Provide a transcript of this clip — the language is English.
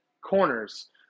corners